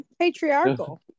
Patriarchal